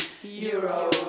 euro